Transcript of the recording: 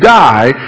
die